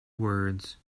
words